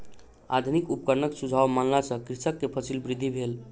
आधुनिक उपकरणक सुझाव मानला सॅ कृषक के फसील वृद्धि भेल